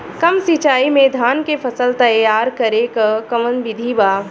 कम सिचाई में धान के फसल तैयार करे क कवन बिधि बा?